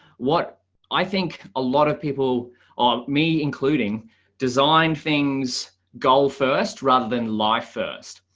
what i think a lot of people on me including design things goal first rather than life first.